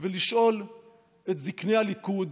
ולשאול את זקני הליכוד